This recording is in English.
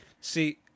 see